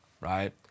right